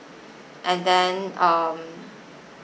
and then um